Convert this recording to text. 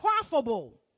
profitable